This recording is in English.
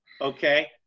Okay